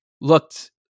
looked